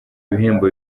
ibihembo